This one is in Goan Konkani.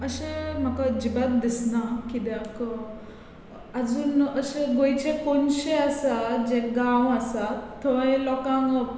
अशें म्हाका अजिबात दिसना कित्याक आजून अशें गोंयचे कोनशे आसात जे गांव आसात थंय लोकांक